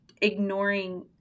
ignoring